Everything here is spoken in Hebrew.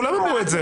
כולם אמרו את זה.